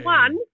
one